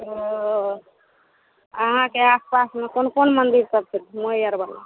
ओ अहाँके आसपासमे कोन कोन मन्दिर सब छै घुमै आर बला